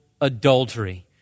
adultery